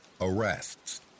Arrests